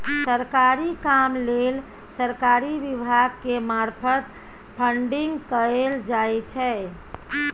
सरकारी काम लेल सरकारी विभाग के मार्फत फंडिंग कएल जाइ छै